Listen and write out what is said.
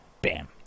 Bam